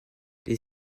les